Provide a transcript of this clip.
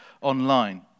online